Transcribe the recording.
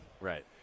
Right